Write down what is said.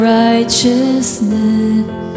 righteousness